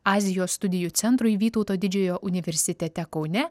azijos studijų centrui vytauto didžiojo universitete kaune